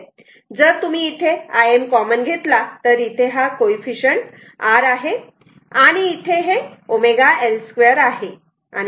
जर तुम्ही इथे Im कॉमन घेतला तर इथे हा कोई फिशण्ट R आहे आणि इथे हे ω L 2 आहे